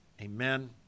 Amen